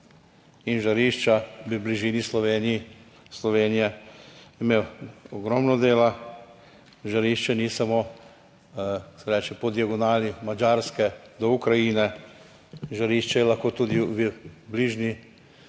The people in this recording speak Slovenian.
in žarišča v bližini Slovenije, imel ogromno dela. Žarišče ni samo po diagonali Madžarske do Ukrajine, žarišče je lahko tudi v bližini